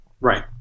Right